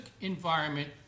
environment